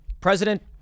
President